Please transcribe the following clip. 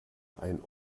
ein